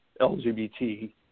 LGBT